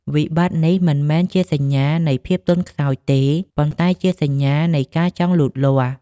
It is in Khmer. វិបត្តិនេះមិនមែនជាសញ្ញានៃភាពទន់ខ្សោយទេ ប៉ុន្តែជាសញ្ញានៃការចង់លូតលាស់។